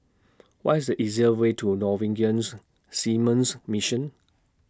What IS The easier Way to Norwegian's Seamen's Mission